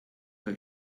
her